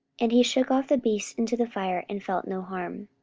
and he shook off the beast into the fire, and felt no harm.